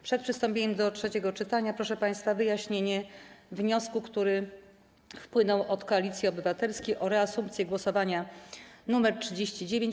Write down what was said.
Przed przystąpieniem do trzeciego czytania, proszę państwa, wyjaśnienie dotyczące wniosku, który wpłynął ze strony Koalicji Obywatelskiej, o reasumpcję głosowania nr 39.